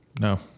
No